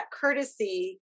courtesy